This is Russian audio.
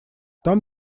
там